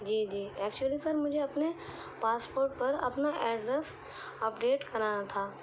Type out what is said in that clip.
جی جی actually sir مجھے اپنے پاسپورٹ پر اپنا ایڈریس اپڈیٹ کرانا تھا